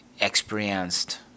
experienced